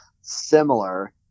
similar